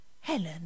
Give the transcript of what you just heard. Helen